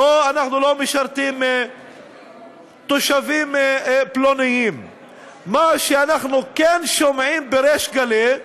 או "אנחנו לא משרתים תושבים פלונים"; מה שאנחנו כן שומעים בריש גלי,